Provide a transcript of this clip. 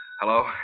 Hello